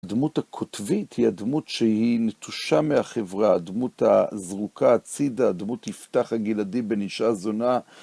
הדמות הקוטבית, היא הדמות שהיא נטושה מהחברה, הדמות הזרוקה הצידה, דמות יפתח הגלעדי בן אישה זונה.